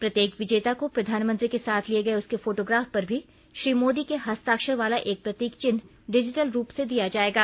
प्रत्येक विजेता को प्रधानमंत्री के साथ लिए गए उसके फोटोग्राफ पर भी श्री मोदी के हस्ताक्षर वाला एक प्रतीक चिन्ह डिजिटल रूप से दिया जाएगा